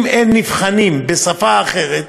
אם אין נבחנים בשפה אחרת,